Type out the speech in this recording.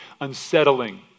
unsettling